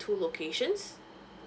two locations